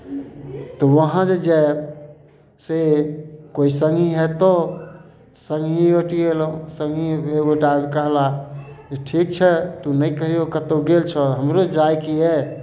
तऽ उहाँ जे जायब से कोइ सङ्गी हैत तब सङ्गी ओटिएलहुॅं सङ्गी एक गोटा कहला जे ठीक छै तू नहि कहियो कतौ गेल छऽ हमरो जाइके यऽ